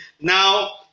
Now